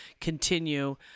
continue